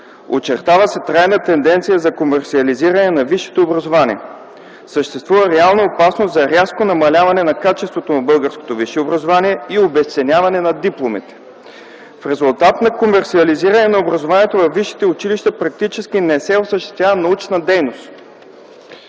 „Очертава се трайна тенденция за комерсиализиране на висшето образование. Съществува реална опасност за рязко намаляване на качеството на българското висше образование и обезценяване на дипломите. В резултат на комерсиализиране на образованието във висшите училища, практически не се осъществява научна дейност”.